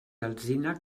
alzina